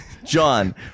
John